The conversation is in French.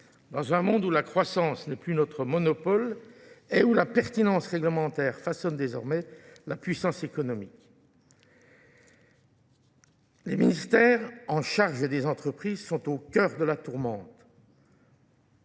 Dans un monde où la croissance n'est plus notre monopole et où la pertinence réglementaire façonne désormais la puissance économique. Les ministères en charge des entreprises sont au cœur de la tourmente.